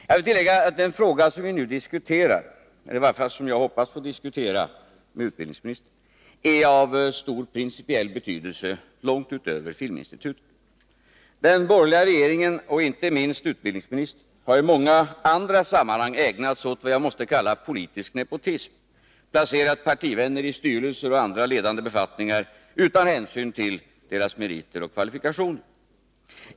Jag vill tillägga att den fråga som vi nu diskuterar — eller som jag i varje fall hoppas få diskutera med utbildningsministern — är av stor principiell betydelse, långt utöver det som gäller filminstitutet. Den borgerliga regeringen och inte minst utbildningsministern har i många andra sammanhang ägnat sig åt vad jag måste kalla politisk nepotism. Man har placerat partivänner i styrelser och på andra ledande befattningar, utan hänsyn till deras meriter och kvalifikationer.